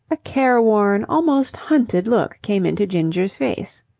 a careworn, almost hunted look came into ginger's face.